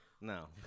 No